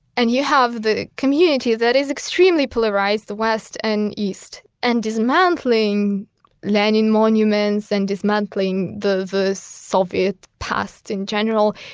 and you have the community that is extremely polarized, the west and east, and dismantling lenin monuments and dismantling the the soviet past in general,